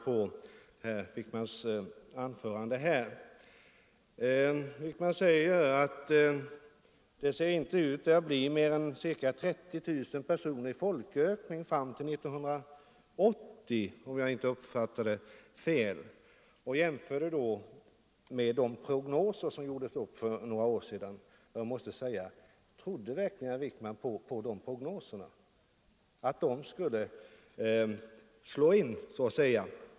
Herr Wijkman sade — om jag inte uppfattade honom fel — att det i Stockholm inte ser ut Nr 113 att bli större befolkningsökning än 30 000 personer fram till 1980. Han Tisdagen den jämförde därvid med de prognoser som gjordes upp för några år sedan. S-november 1974 Jag måste fråga: Trodde herr Wijkman verkligen på de prognoserna?